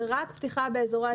זה רק פתיחה באזורי עדיפות לאומית.